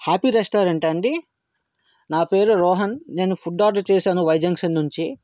happy రెస్టారెంటా అండి నా పేరు రోహన్ నేను ఫుడ్ ఆర్డర్ చేశాను వై జంక్షన్ నుంచి